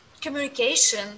communication